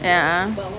ya